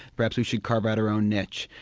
perhaps we should carve out our own niche.